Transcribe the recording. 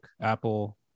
Apple